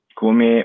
come